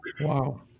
Wow